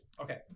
Okay